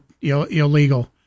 illegal